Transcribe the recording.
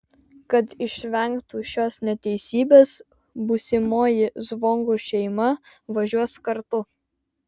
kad išvengtų šios neteisybės būsimoji zvonkų šeima važiuos kartu